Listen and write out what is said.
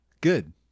Good